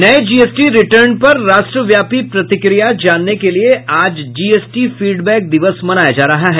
नये GST return पर राष्ट्रव्यापी प्रतिक्रिया जानने के लिये आज जीएसटी फीडबैक दिवस मनाया जा रहा है